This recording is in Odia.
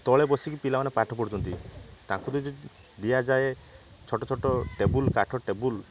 ତଳେ ବସିକି ପିଲାମାନେ ପାଠ ପଢ଼ୁଛନ୍ତି ତାଙ୍କୁ ଯଦି ଦିଆଯାଏ ଛୋଟ ଛୋଟ ଟେବୁଲ୍ କାଠ ଟେବୁଲ୍